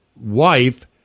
wife